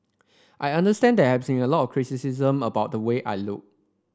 I understand that there's been a lot of criticism about the way I look